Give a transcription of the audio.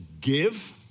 give